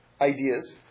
ideas